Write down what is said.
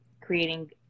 creating